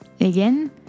Again